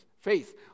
faith